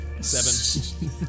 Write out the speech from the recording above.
Seven